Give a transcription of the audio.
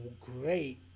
great